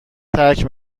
ترک